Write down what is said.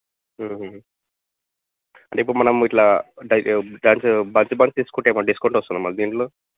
అంటే ఇప్పుడు మనం ఇట్లా డైస్ ఫ్యాన్స్ బర్త్ బర్త్ తీసుకుంటే ఏమన్న డిస్కౌంట్ వస్తుందా మరి దీంట్లో